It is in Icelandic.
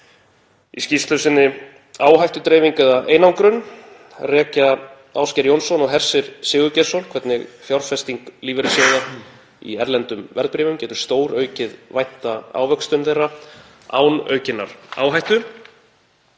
Í skýrslu sinni Áhættudreifing eða einangrun rekja Ásgeir Jónsson og Hersir Sigurgeirsson hvernig fjárfesting lífeyrissjóða í erlendum verðbréfum getur stóraukið vænta ávöxtun þeirra án aukinnar áhættu.